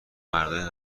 مردای